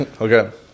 Okay